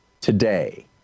today